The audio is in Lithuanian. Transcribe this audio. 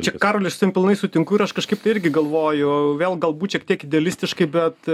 čia karoli su tavim pilnai sutinku ir aš kažkaip tai irgi galvoju vėl galbūt šiek tiek idealistiškai bet